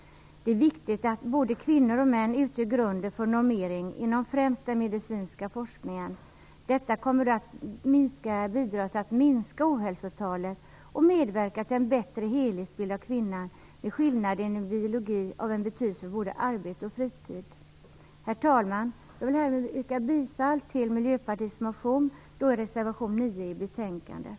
Det är viktigt att både kvinnor och män utgör grunden för normering inom främst den medicinska forskningen. Detta kommer att bidra till att minska ohälsotalet och medverka till en bättre helhetsbild av kvinnan, med skillnaden i biologi, vilket är av betydelse för både arbete och fritid. Herr talman! Jag vill härmed yrka bifall till reservation 9 till betänkandet som gäller Miljöpartiets motion.